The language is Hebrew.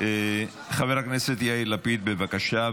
חבר הכנסת יאיר לפיד, בבקשה.